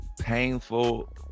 painful